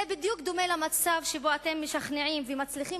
זה בדיוק דומה למצב שבו אתם משכנעים ומצליחים